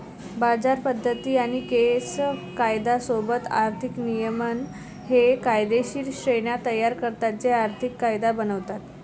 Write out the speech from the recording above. बाजार पद्धती आणि केस कायदा सोबत आर्थिक नियमन हे कायदेशीर श्रेण्या तयार करतात जे आर्थिक कायदा बनवतात